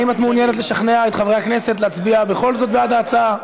האם את מעוניינת לשכנע את חברי הכנסת להצביע בכל זאת בעד ההצעה?